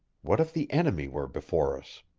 what if the enemy were before us?